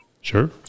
Sure